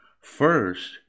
First